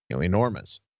enormous